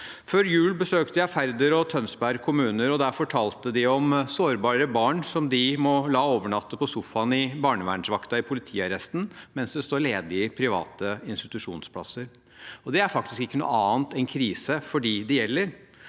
Før jul besøkte jeg Færder og Tønsberg kommuner, og der fortalte de om sårbare barn som de må la overnatte på sofaen i barnevernsvakta i politiarresten mens det står ledige private institusjonsplasser. Det er faktisk ikke noe annet enn en krise for dem det gjelder.